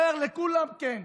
אומר לכולם כן,